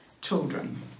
children